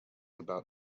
about